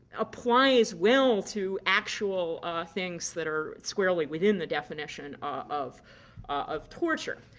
applies well to actual things that are squarely within the definition of of torture.